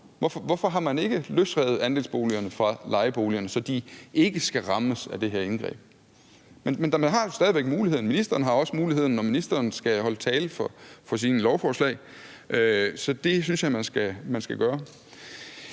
Hvorfor har man ikke løsrevet andelsboligerne fra lejeboligerne, så de ikke skal rammes af det her indgreb? Men man har stadig væk muligheden. Ministeren har også muligheden, når ministeren skal holde tale om sine lovforslag. Så det synes jeg man skal gøre.